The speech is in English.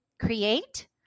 create